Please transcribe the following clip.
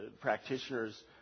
practitioners